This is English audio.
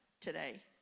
today